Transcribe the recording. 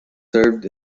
served